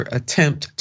attempt